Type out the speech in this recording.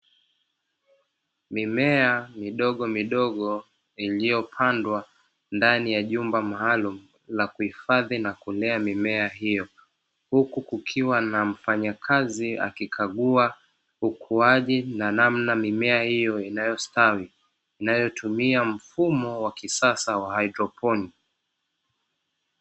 Mimea midogomidogo iliyopandwa ndani ya jumba maalumu la kuhifadhi na kulea mimea hiyo, huku kukiwa na mfanyakazi akikagua ukuaji na namna mimea hiyo inavyostawi inayotumia mfumo wa kisasa wa haidroponi.